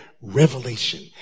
revelation